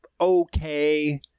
okay